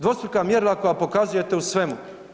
Dvostruka mjerila koja pokazujete u svemu.